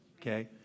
okay